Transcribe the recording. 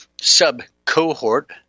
sub-cohort